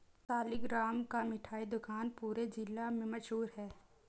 सालिगराम का मिठाई दुकान पूरे जिला में मशहूर है